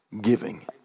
giving